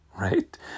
right